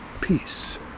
peace